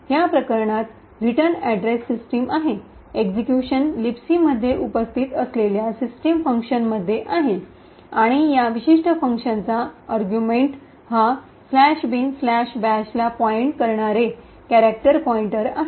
या प्रकरणात return address system आहे एक्झिक्यूशन लिबसी मध्ये उपस्थित असलेल्या सिस्टम फंक्शनमध्ये आहे आणि या विशिष्ट फंक्शनचा अर्गुमेन्ट हा "bin bash" ला पॉईंट करणारे केरिक्टरपॉईंटर आहे